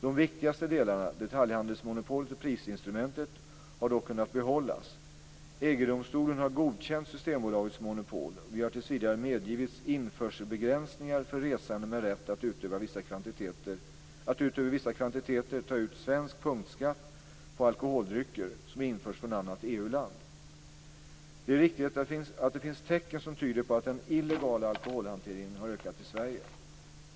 De viktigaste delarna - detaljhandelsmonopolet och prisinstrumentet - har dock kunnat bibehållas. EG-domstolen har godkänt Systembolagets monopol, och vi har tills vidare medgivits införselbegränsningar för resande med rätt att utöver vissa kvantiteter ta ut svensk punktskatt på alkoholdrycker som införs från annat EU-land. Det är riktigt att det finns tecken som tyder på att den illegala alkoholhanteringen har ökat i Sverige.